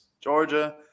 Georgia